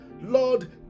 lord